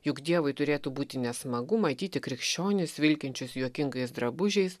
juk dievui turėtų būti nesmagu matyti krikščionius vilkinčius juokingais drabužiais